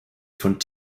von